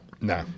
No